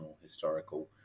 historical